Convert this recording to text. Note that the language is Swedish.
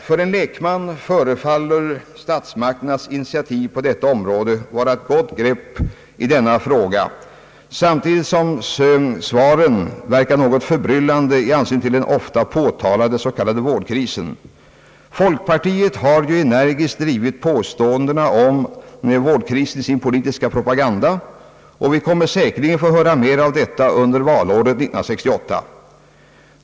För en lekman förefaller statsmakternas initiativ på detta område vara ett gott grepp, samtidigt som svaren verkar något förbryllande med tanke på den ofta påtalade s.k. vårdkrisen. Folkpartiet har ju energiskt drivit påståendena om vårdkrisen i sin politiska propaganda, och vi kommer säkerligen att få höra mera av detta under valåret 1968.